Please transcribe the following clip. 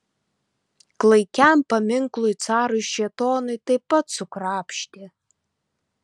klaikiam paminklui carui šėtonui taip pat sukrapštė